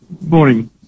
Morning